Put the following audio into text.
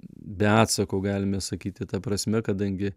be atsako galime sakyti ta prasme kadangi